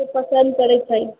के पसन्द करै छै